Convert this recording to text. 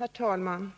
Herr talman!